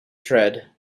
tread